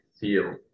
feel